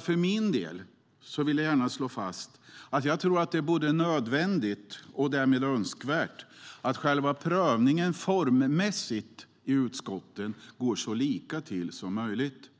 För min del vill jag gärna slå fast att jag tror att det är både nödvändigt och önskvärt att själva prövningen i utskotten formmässigt går så lika till som möjligt.